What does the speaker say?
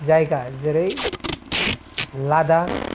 जायगा जेरै लादाख